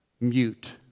mute